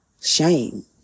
shame